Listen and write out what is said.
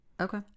Okay